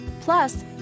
Plus